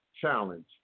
challenge